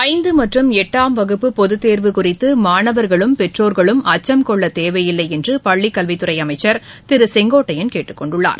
ஐந்து மற்றும் எட்டாம் வகுப்பு பொது தேர்வு குறித்து மாணவர்களும் பெற்றோர்களும் அச்சம் கொள்ளத் தேவையில்லை என்று பள்ளிக் கல்வித்துறை அமைச்சர் செங்கோட்டையள் கேட்டுக் கொண்டுள்ளார்